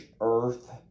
earth